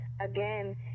again